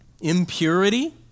impurity